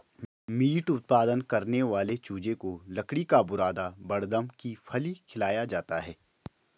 meet उत्पादन करने वाले चूजे को लकड़ी का बुरादा बड़दम की फली खिलाया जाता है